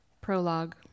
Prologue